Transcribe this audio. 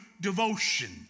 devotion